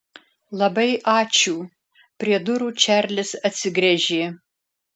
labai ačiū prie durų čarlis atsigręžė